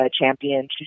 champion